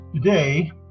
Today